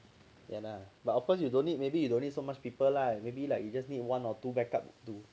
ya lah but of course you don't need maybe you don't need so much people lah maybe like you just need one or two backup to